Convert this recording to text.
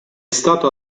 stato